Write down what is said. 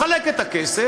מחלק את הכסף,